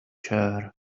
chair